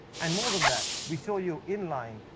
and more than that, we show you in-line,